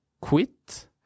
quit